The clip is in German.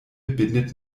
bindet